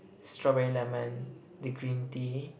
strawberry lemon the green tea